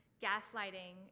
gaslighting